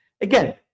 again